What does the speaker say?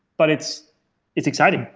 but it's it's exciting.